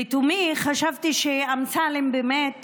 לתומי חשבתי שאמסלם באמת